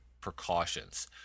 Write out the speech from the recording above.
precautions